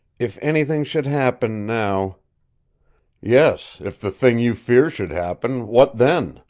if anything should happen now yes, if the thing you fear should happen, what then?